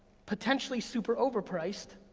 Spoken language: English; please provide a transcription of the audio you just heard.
potentially super overpriced,